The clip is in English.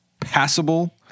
passable